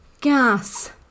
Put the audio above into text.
gas